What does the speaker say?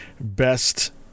best